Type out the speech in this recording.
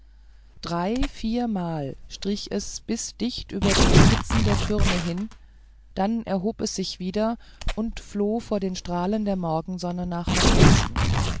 drei viermal strich es bis dicht über den spitzen der türme hin dann erhob es sich wieder und floh vor den strahlen der morgensonne nach nordwesten